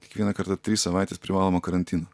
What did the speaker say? kiekvieną kartą trys savaitės privalomo karantino